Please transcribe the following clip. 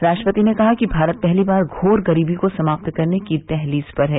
राष्ट्रपति ने कहा कि भारत पहली बार घोर गरीबी को समाप्त करने की दहलीज पर है